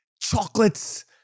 chocolates